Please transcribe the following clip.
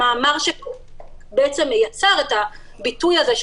המאמר שבעצם יצר את הביטוי הזה,